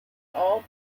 all